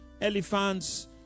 elephants